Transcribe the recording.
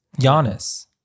Giannis